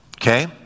Okay